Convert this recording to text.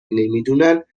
نمیدونن